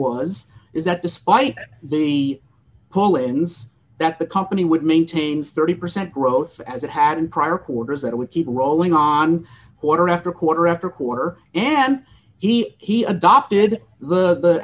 was is that despite the call ins that the company would maintain thirty percent growth as it had and prior quarters it would keep rolling on quarter after quarter after quarter and he he adopted the